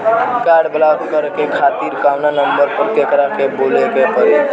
Card block करे खातिर कवना नंबर पर केकरा के बोले के परी?